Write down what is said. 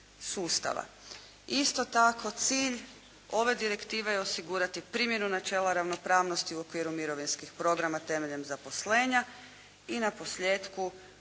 Isto tako, cilj ove direktive je osigurati primjenu načela ravnopravnosti u okviru mirovinskih programa temeljem zaposlenja i naposljetku